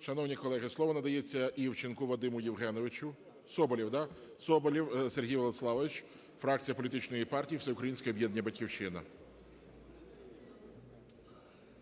Шановні колеги, слово надається Івченку Вадиму Євгеновичу. Соболєв, да? Соболєв Сергій Владиславович, фракція політичної партії Всеукраїнське об'єднання "Батьківщина".